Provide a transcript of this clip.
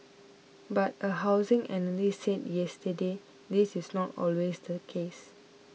but a housing analyst said yesterday this is not always the case